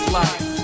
life